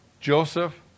Joseph